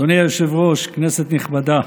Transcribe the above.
אדוני היושב-ראש, כנסת נכבדה,